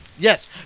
Yes